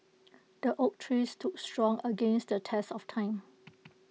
the oak tree stood strong against the test of time